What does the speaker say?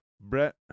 Brett